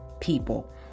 people